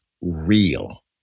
real